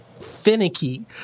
finicky